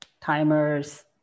timers